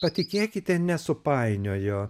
patikėkite nesupainiojo